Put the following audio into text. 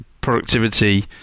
productivity